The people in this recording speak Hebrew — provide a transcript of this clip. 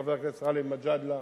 חבר הכנסת גאלב מג'אדלה,